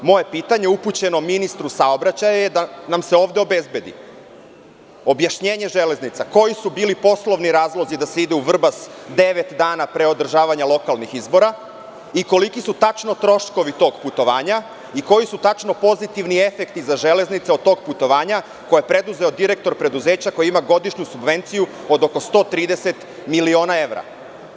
Moje pitanje je upućeno ministru saobraćaja da nam se ovde obezbedi objašnjenje „Železnica Srbije“ – koji su bili poslovni razlozi da se ide u Vrbas devet dana pre održavanja lokalnih izbora i koliki su tačno troškovi tog putovanja i koji su tačno pozitivni efekti za „Železnice Srbije“ od tog putovanja koje je preduzeo direktor preduzeća koji ima godišnju subvenciju od oko 130.000 miliona evra?